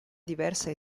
diversa